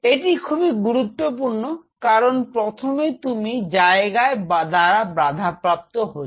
এটি খুবই গুরুত্বপূর্ণ কারণ প্রথমে তুমি জায়গা দ্বারা বাধাপ্রাপ্ত হচ্ছ